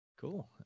cool